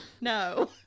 no